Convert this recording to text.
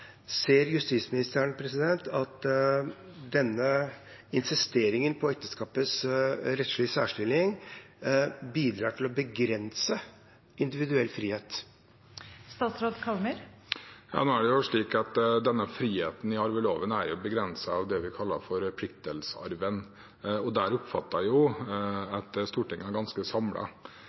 Ser justisministeren at denne insisteringen på ekteskapets rettslige særstilling bidrar til å begrense individuell frihet? Denne friheten i arveloven er jo begrenset av det vi kaller pliktdelsarven. Der oppfatter jeg at Stortinget er ganske samlet. Det representanten Eide sikter til, er vel skillet mellom samboerskap og ekteskap. Der har jeg